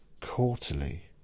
quarterly